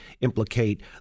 implicate